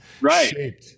Right